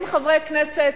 40 חברי כנסת,